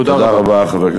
תודה רבה.